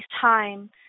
time